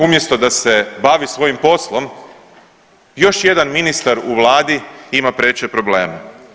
Umjesto da se bavi svojim poslom još jedan ministar u vladi ima preče probleme.